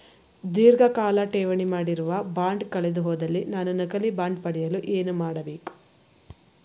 ಧೀರ್ಘಕಾಲ ಠೇವಣಿ ಮಾಡಿರುವ ಬಾಂಡ್ ಕಳೆದುಹೋದಲ್ಲಿ ನಾನು ನಕಲಿ ಬಾಂಡ್ ಪಡೆಯಲು ಏನು ಮಾಡಬೇಕು?